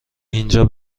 اینجا